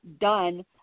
done